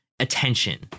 Attention